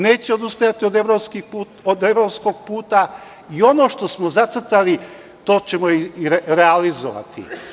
Neće odustajati od evropskog putai ono što smo zacrtali to ćemo i realizovati.